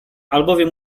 albowiem